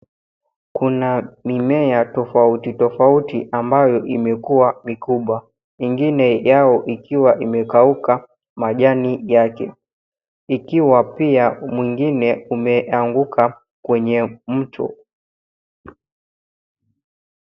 Kuna mimea tofauti tofauti ambayo imekua mikubwa. Mingine yao ikiwa imekauka majani yake, ikiwa pia mwingine umeanguka kwenye mto.